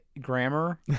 grammar